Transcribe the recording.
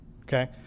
okay